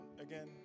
again